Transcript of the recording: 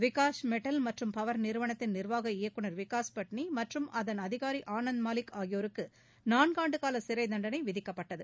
Vikas metal மற்றும் power நிறுவளத்தின் நிர்வாக இயக்குநர் விகாஸ் பட்னி மற்றும் அதன் அதிகாரி ஆனந்த் மாலிக் ஆகியோருக்கு நான்காண்டு கால சிறைத்தண்டனை விதிக்கப்பட்டது